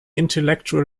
intellectual